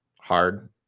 hard